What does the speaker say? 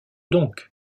donc